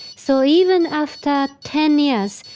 so even after ten years,